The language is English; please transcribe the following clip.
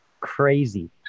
crazy